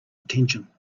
attention